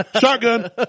Shotgun